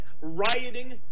rioting